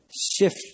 shift